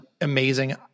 Amazing